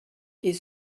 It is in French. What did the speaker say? est